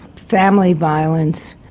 family violence,